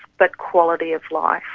but quality of life,